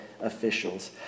officials